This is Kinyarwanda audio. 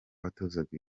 watozaga